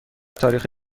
تاریخ